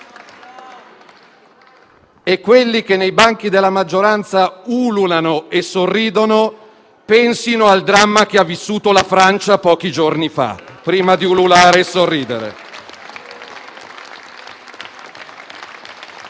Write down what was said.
E quelli che nei banchi della maggioranza ululano e sorridono pensino al dramma che ha vissuto la Francia pochi giorni fa, prima di ululare e sorridere. *(Applausi*.